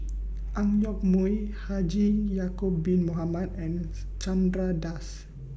Ang Yoke Mooi Haji Ya'Acob Bin Mohamed and Chandra Das